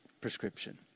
prescription